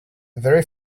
very